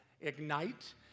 ignite